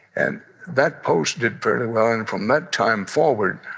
and that post did fairly well. and from that time forward,